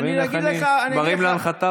אתה מבין איך אני מרים להנחתה פה?